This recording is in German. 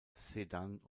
sedan